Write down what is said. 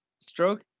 Stroke